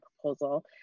proposal